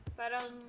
parang